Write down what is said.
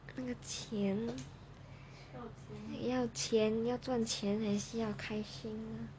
那个钱要赚钱也是要开心嘛